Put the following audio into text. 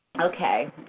Okay